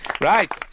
Right